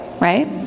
right